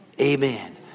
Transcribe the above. Amen